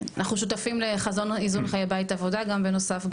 אנחנו שותפים לחזון איזון חיי בית עבודה גם בנוסף,